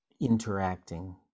interacting